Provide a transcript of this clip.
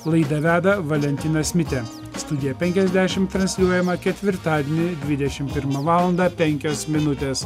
laidą veda valentinas mitė studija penkiasdešimt transliuojama ketvirtadienį dvidešimt pirmą valandą penkios minutės